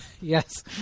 Yes